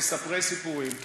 במספרי סיפורים.